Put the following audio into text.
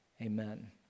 amen